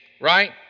right